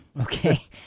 okay